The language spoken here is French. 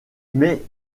mais